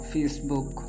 Facebook